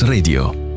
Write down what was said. Radio